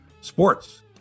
sports